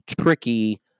tricky